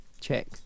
check